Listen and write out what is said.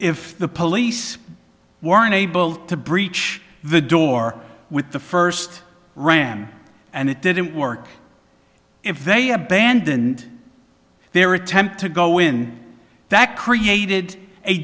if the police weren't able to breach the door with the first ran and it didn't work if they abandoned their attempt to go in that created a